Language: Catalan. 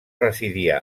residia